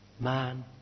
Man